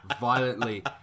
violently